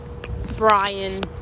brian